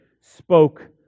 spoke